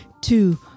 two